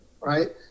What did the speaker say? right